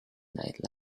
night